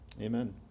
Amen